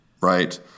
right